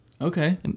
Okay